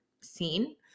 seen